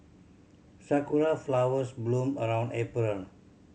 sakura flowers bloom around April